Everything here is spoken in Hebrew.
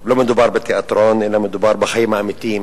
לא מדובר בתיאטרון, אלא מדובר בחיים האמיתיים.